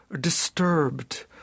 disturbed